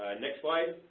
next slide.